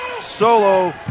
Solo